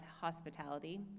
hospitality